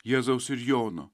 jėzaus ir jono